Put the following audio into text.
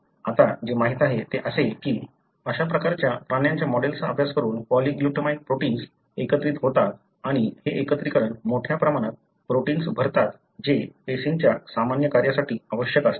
आता जे माहित आहे ते असे आहे की अशा प्रकारच्या प्राण्यांच्या मॉडेल्सचा अभ्यास करून पॉलीग्लुटामाइन प्रोटिन्स एकत्रित होतात आणि हे एकत्रीकरण मोठ्या प्रमाणात प्रोटिन्स भरतात जे पेशींच्या सामान्य कार्यासाठी आवश्यक असतात